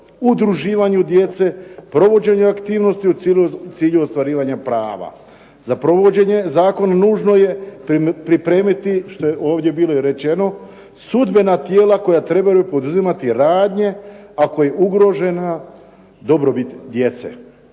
udruživanju djece, provođenju aktivnosti u cilju ostvarivanja prava. Za provođenje zakona nužno je pripremiti, što je ovdje bilo i rečeno sudbena tijela koja trebaju poduzimati radnje, ako je ugrožena dobrobit djece.